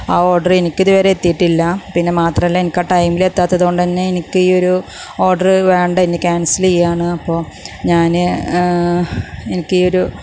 ആ ഓർഡർ എനിക്കിതുവരെ എത്തിയിട്ടില്ല പിന്നെ മാത്രമല്ല എനിക്ക് ആ ടൈമിൽ എത്താത്തതുകൊണ്ട് തന്നെ എനിക്ക് ഈ ഒരു ഓർഡർ വേണ്ട ഇനി ക്യാൻസില് ചെയ്യാണ് അപ്പോൾ ഞാൻ എനിക്ക് ഈ ഒരു